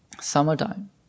summertime